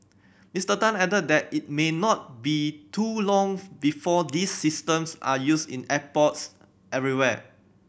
Mister Tan added that it may not be too longs before these systems are used in airports everywhere